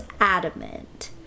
adamant